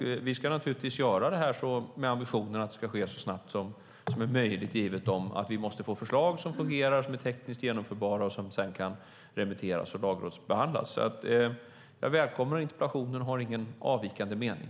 Vi har naturligtvis ambitionen att detta ska genomföras så snabbt som möjligt givet att vi får förslag som fungerar och är tekniskt genomförbara och som kan remitteras och lagrådsbehandlas. Jag välkomnar interpellationen och har ingen avvikande mening.